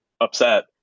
upset